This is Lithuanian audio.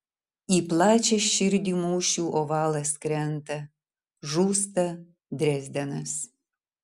į plačią širdį mūšių ovalas krenta žūsta drezdenas